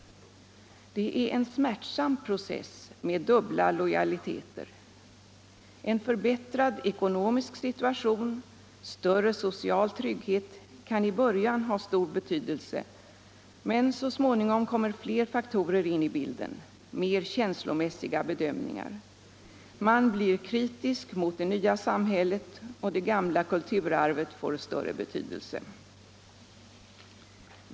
Det är en smärtsam process med dubbla lojaliteter. En förbättrad ekonomisk situation och större social trygghet kan i början ha stor betydelse, men så småningom kommer fler faktorer in i bilden, mer känslomässiga bedömningar. Man blir kritisk mot det nya samhället, och det gamla kulturarvet får större betydelse.